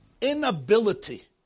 inability